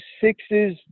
sixes